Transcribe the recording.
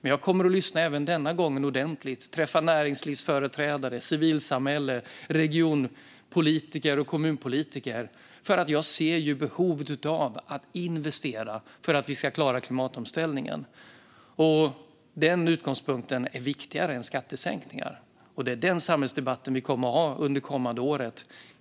Men jag kommer även denna gång att lyssna ordentligt, träffa näringslivsföreträdare, civilsamhälle, regionpolitiker och kommunpolitiker, eftersom jag ser behovet av att investera för att vi ska klara klimatomställningen. Den utgångspunkten är viktigare än skattesänkningar, och det är den samhällsdebatten som vi kommer att ha under det kommande året.